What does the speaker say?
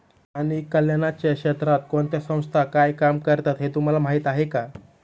प्राणी कल्याणाच्या क्षेत्रात कोणत्या संस्था काय काम करतात हे तुम्हाला माहीत आहे का?